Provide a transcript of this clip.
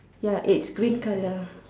ya it's green colour